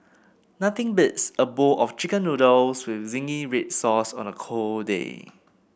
nothing beats a bowl of chicken noodles with zingy red sauce on a cold day